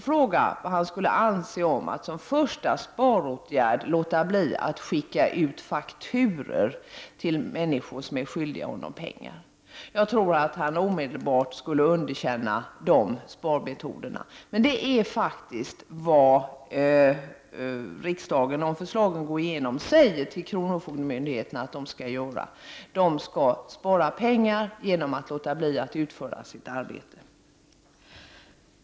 Fråga vad han skulle anse om att som första sparåtgärd låta bli att skicka ut fakturor till människor som är skyldiga honom pengar. Jag tror att han omedelbart skulle underkänna de sparmetoderna. Men det är faktiskt vad riksdagen, om förslagen går igenom, säger till kronofogdemyndigheterna att de skall göra. De skall spara pengar genom att låta bli att utföra sitt arbete.